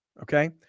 Okay